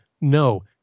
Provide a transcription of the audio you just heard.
no